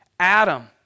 Adam